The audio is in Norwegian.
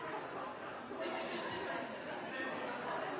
etter at de har